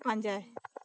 ᱯᱟᱸᱡᱟᱭ